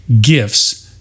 gifts